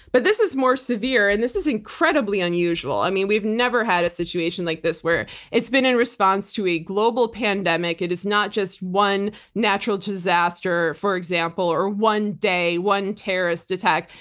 but this is more severe. and this is incredibly unusual. i mean, we've never had a situation like this where it's been in response to a global pandemic. it is not just one natural disaster, for example, or a one day, one terrorist attack.